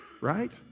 right